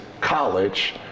college